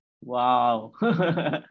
wow